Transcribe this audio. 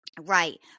Right